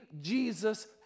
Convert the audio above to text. Jesus